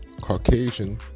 Caucasian